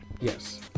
Yes